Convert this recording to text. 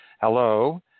Hello